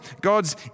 God's